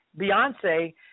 Beyonce